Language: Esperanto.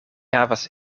havas